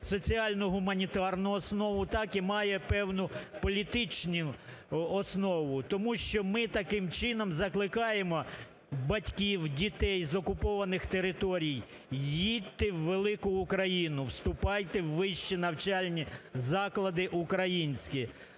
соціально-гуманітарну основу, так і має певну політичну основу. Тому що ми таким чином закликаємо батьків, дітей з окупованих територій: їдьте в велику Україну, вступайте в вищі навчальні заклади українські,